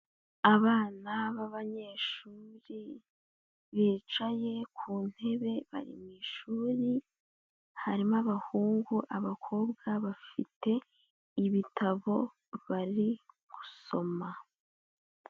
Abana b'abanyeshuri bicaye ku ntebe bari mu ishuri, harimo abahungu, abakobwa bafite ibitabo bari gusoma.